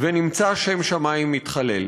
ונמצא שם שמים מתחלל."